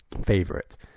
favorite